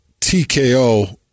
TKO